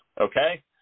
okay